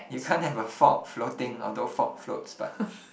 you can't have a fault floating although fault floats but